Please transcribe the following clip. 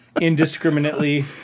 indiscriminately